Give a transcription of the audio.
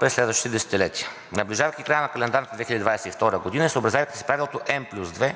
през следващите десетилетия. Наближавайки края на календарната 2022 г. и съобразявайки се с правилото N+2,